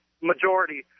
majority